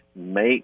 make